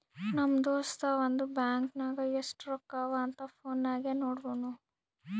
ನಮ್ ದೋಸ್ತ ಅವಂದು ಬ್ಯಾಂಕ್ ನಾಗ್ ಎಸ್ಟ್ ರೊಕ್ಕಾ ಅವಾ ಅಂತ್ ಫೋನ್ ನಾಗೆ ನೋಡುನ್